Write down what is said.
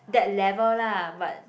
that level lah but